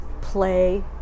play